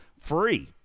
free